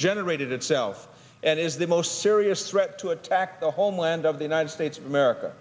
regenerated itself and is the most serious threat to attack the homeland of the united states of america